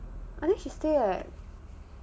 I think she stay like